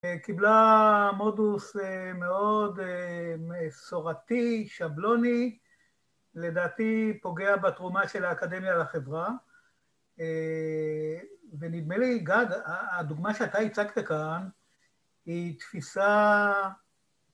‫קיבלה מודוס מאוד ‫מסורתי, שבלוני, ‫לדעתי פוגע בתרומה ‫של האקדמיה לחברה. ‫ונדמה לי, גד, ‫הדוגמה שאתה הצגת כאן היא תפיסה...